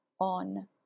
on